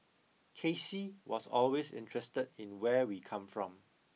K C was always interested in where we come from